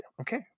okay